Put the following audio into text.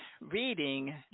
reading